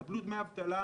קבלו דמי אבטלה,